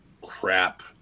crap